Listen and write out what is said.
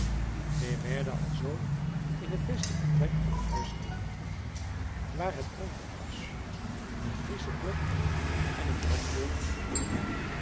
wij werden alzoo in het beste vertrek van t huis gelaten waar het pronkbed was een friesche klok en een dambord hingen